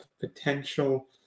potential